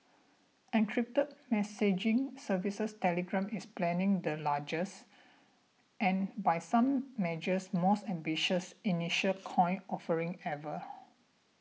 encrypted messaging services Telegram is planning the largest and by some measures most ambitious initial coin offering ever